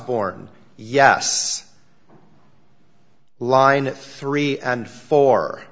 osborne yes line three and four